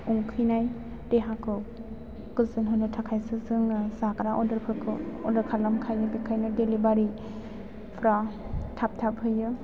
उखैनाय देहाखौ गोजोन होनो थाखायसो जोङो जाग्रा आर्डारफोरखौ अर्डार खालामखायो बेखायनो दिलिबारिफ्रा थाब थाब होयो